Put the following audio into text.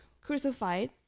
crucified